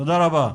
תודה רבה.